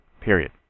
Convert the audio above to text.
Period